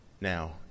now